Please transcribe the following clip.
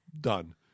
done